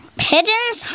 pigeons